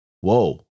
whoa